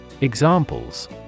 Examples